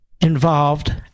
involved